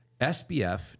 SBF